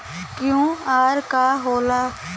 QR का होला?